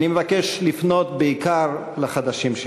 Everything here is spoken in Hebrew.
אני מבקש לפנות בעיקר לחדשים שבכם,